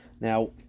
Now